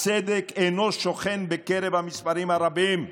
הצדק אינו שוכן בקרב המספרים הרבים.